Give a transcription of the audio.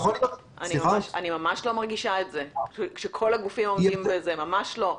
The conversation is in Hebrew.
אני ממש לא מרגישה את זה שכל הגופים אומרים את זה ממש לא.